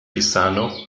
pisano